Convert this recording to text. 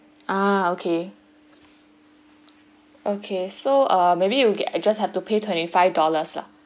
ah okay okay so uh maybe you just have to pay twenty five dollars lah